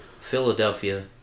Philadelphia